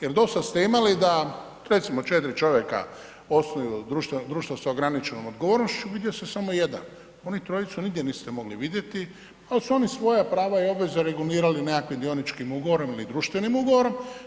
Jer dosad ste imali da recimo 4 čovjeka osnuju društvo sa ograničenom odgovornošću, vidio se samo 1, onu 3-jicu nigdje niste mogli vidjeti, al su oni svoja prava i obveze regulirali nekakvim dioničkim ugovorom ili društvenim ugovorom.